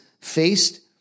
faced